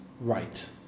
right